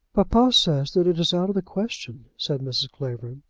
papa says that it is out of the question, said mrs. clavering.